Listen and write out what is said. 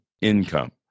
income